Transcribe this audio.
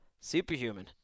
superhuman